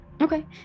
Okay